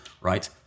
right